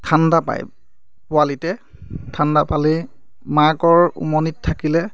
ঠাণ্ডা পায় পোৱালিতে ঠাণ্ডা পালে মাকৰ উমনিত থাকিলে